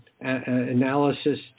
analysis